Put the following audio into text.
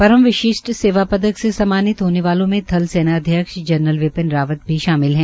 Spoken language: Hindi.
परम विशिष्ठ सेवा पदक से सम्मानित होने वालों में थल सेना जनरनल विपिन रावत भी शामिल है